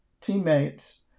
teammates